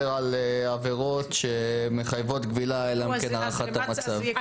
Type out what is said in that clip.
על עבירות שמחייבות כבילה אלא אם כן יש הערכת המצב.